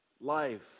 life